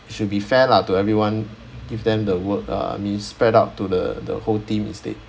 it should be fair lah to everyone give them the work uh I mean spread out to the the whole team instead